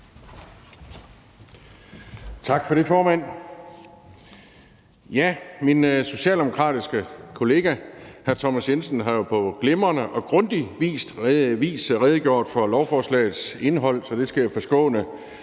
Tak for det, formand. Min socialdemokratiske kollega hr. Thomas Jensen har jo på glimrende og grundig vis redegjort for lovforslagets indhold, så det skal jeg forskåne